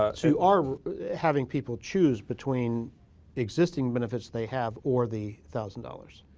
ah so you are having people choose between existing benefits they have or the thousand dollars?